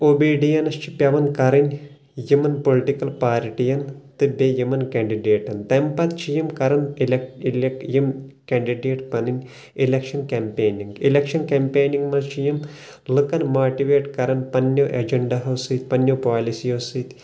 obedience چھ پیٚوان کرٕنۍ یِمن پُلٹِکل پارٹین تہٕ بیٚیہِ یِمن کینڑڈیٹن تٔمہِ چھ یِمہٕ کران اِلٮ۪کٹ یِم کینڑڈیٹ پنٕنۍ الٮ۪کشن کمپینِگ پنٕنۍ الٮ۪کشن کمپینِگ منٛز چھ لُکن ماٹِویٹ کن لُکن پننیو اجنڈیو سۭتۍ پننیو پالسِیو سۭتۍ